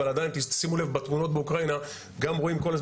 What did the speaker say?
אבל עדיין שימו לב רואים שם